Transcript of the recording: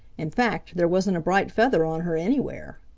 in fact, there wasn't a bright feather on her anywhere.